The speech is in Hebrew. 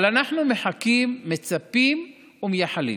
אנחנו מחכים, מצפים ומייחלים,